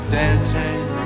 dancing